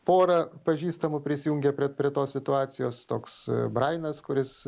pora pažįstamų prisijungia prie prie tos situacijos toks brainas kuris